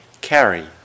carry